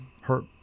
hurt